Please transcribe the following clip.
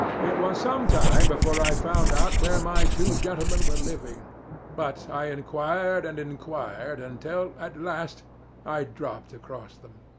it was some time before i found out where my two gentlemen were living but i inquired and inquired until at last i dropped across them.